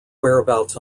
whereabouts